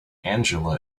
angela